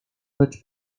lecz